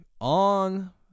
on